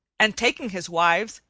and, taking his wives,